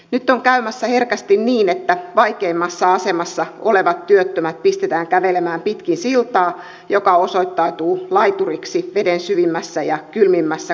nyt on käymässä herkästi niin että vaikeimmassa asemassa olevat työttömät pistetään kävelemään pitkin siltaa joka osoittautuu laituriksi veden syvimmässä ja kylmimmässä kohdassa